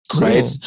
right